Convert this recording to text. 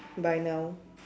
by now